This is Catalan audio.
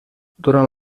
durant